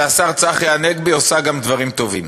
השר צחי הנגבי, עושה גם דברים טובים,